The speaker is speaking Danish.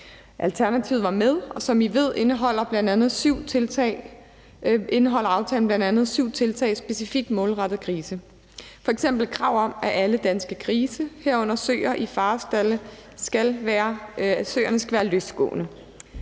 Alternativet var med, og som I ved, indeholder aftalen bl.a. syv tiltag specifikt målrettet grise, f.eks. krav om, at alle danske grise, herunder søer i farestalde, skal være løsgående.